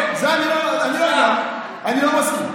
אני לא מאמין שזה בגלל זה, כי אני מוביל את זה.